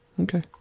Okay